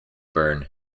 burn